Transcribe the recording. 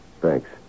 Thanks